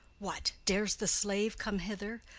what, dares the slave come hither,